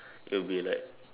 it will be like